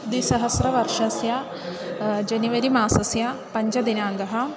द्विसहस्रवर्षस्य जनवरि मासस्य पञ्चदिनाङ्कः